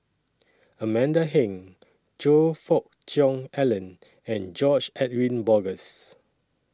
Amanda Heng Choe Fook Cheong Alan and George Edwin Bogaars